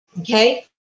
Okay